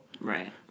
Right